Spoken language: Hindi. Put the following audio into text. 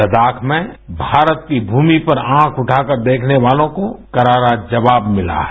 लहाख में भारत की भूमि पर औंख उठाकर देखने वालों को करारा जवाब मिला है